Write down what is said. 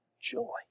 joy